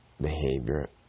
behavior